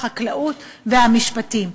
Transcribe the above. החקלאות והמשפטים,